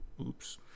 Oops